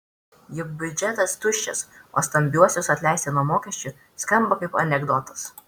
juk biudžetas tuščias o stambiuosius atleisti nuo mokesčių skamba kaip anekdotas